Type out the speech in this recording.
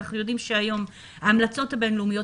אנחנו יודעים שהיום ההמלצות הבין-לאומיות,